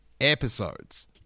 episodes